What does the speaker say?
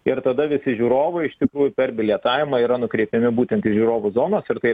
ir tada visi žiūrovai iš tikrųjų per bilietavimą yra nukreipiami būtent į žiūrovų zonas ir tai